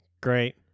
Great